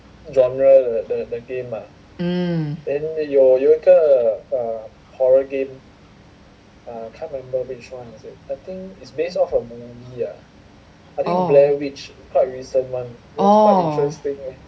mm orh orh